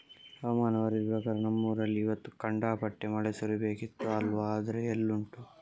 ಹವಾಮಾನ ವರದಿ ಪ್ರಕಾರ ನಮ್ಮ ಊರಲ್ಲಿ ಇವತ್ತು ಖಂಡಾಪಟ್ಟೆ ಮಳೆ ಸುರೀಬೇಕಿತ್ತು ಅಲ್ವಾ ಆದ್ರೆ ಎಲ್ಲುಂಟು